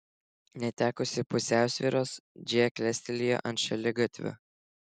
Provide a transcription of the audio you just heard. netekusi pusiausvyros džėja klestelėjo ant šaligatvio